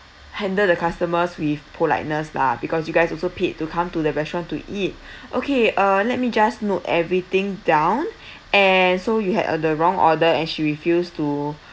handle the customers with politeness lah because you guys also paid to come to the restaurant to eat okay uh let me just note everything down and so you had the uh wrong order and she refuse to